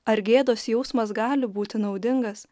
ar gėdos jausmas gali būti naudingas